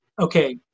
okay